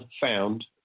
found